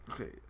Okay